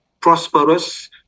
prosperous